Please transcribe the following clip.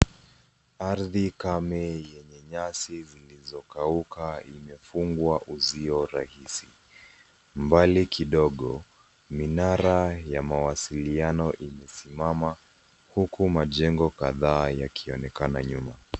Ardhi kame yenye nyasi zilizo kauka imefungwa uzio rahisi. Mbali kidogo minara ya mawasiliano imesimama huku majengo kadhaa yakionekana nyuma.